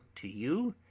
to you,